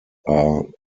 are